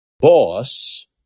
boss